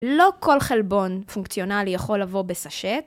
לא כל חלבון פונקציונאלי יכול לבוא בסש...